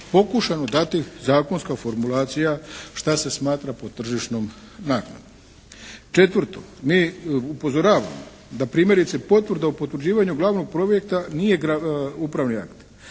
pokušano dati zakonska formulacija šta se smatra pod tržišnom naknadom. Četvrto, mi upozoravamo da primjerice potvrda o potvrđivanju glavnog projekta nije upravni akt,